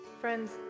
Friends